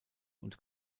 und